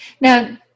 Now